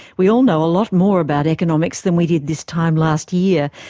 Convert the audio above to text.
we all know a lot more bout economics than we did this time last year,